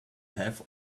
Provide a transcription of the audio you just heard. have